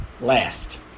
last